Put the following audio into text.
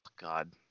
God